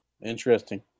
interesting